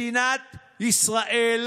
חלילה,